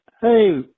Hey